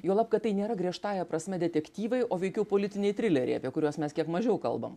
juolab kad tai nėra griežtąja prasme detektyvai o veikiau politiniai trileriai apie kuriuos mes kiek mažiau kalbam